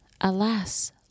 Alas